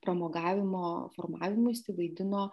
pramogavimo formavimuisi vaidino